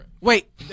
Wait